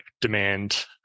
demand